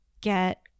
get